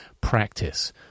practice